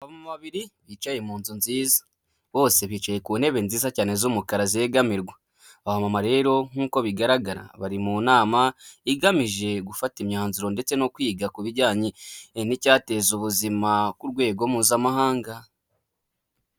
Abamama babiri bicaye mu nzu nziza, bose bicaye ku ntebe nziza cyane z'umukara zegamirwa, aba bamama rero nk'uko bigaragara bari mu nama igamije gufata imyanzuro ndetse no kwiga ku bijyanye n'icyateza ubuzima ku rwego mpuzamahanga.